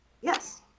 Yes